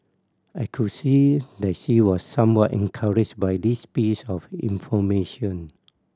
I could see that she was somewhat encouraged by this piece of information